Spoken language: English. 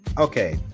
Okay